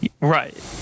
Right